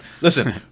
Listen